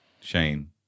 Shane